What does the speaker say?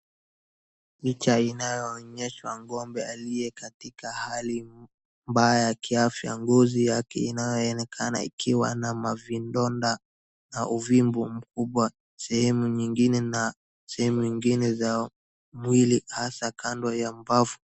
Picha inaonyeshwa ng'ombe aliye katika hali mbaya ya kiafya ngozi yake inayoonekana ikiwa na mavidonda na uvimbu mkubwa sehemu nyingine na sehemu ingine za mwili hasa kando ya mbavu.